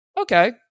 okay